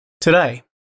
Today